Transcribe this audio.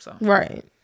Right